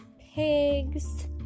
pigs